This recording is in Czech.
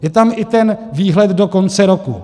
Je tam i ten výhled do konce roku.